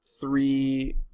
three